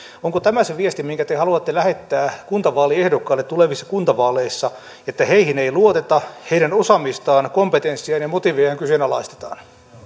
onko tämä se viesti minkä te haluatte lähettää kuntavaaliehdokkaille tulevissa kuntavaaleissa että heihin ei luoteta ja heidän osaamistaan kompetenssiaan ja motiivejaan kyseenalaistetaan